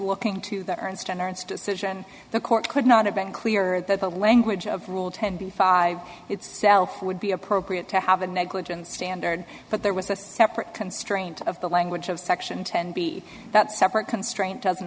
looking into that decision the court could not have been clearer that the language of rule ten b five itself would be appropriate to have a negligence standard but there was a separate constraint of the language of section ten b that separate constraint doesn't